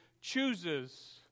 chooses